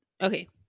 Okay